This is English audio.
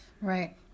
Right